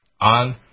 On